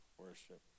worship